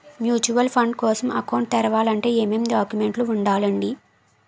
Mutual fund కోసం account తెరవాలంటే ఏమేం డాక్యుమెంట్లు ఉండాలండీ?